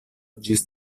ĝis